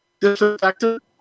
disinfectant